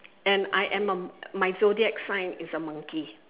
and I am a m~ zodiac sign is a monkey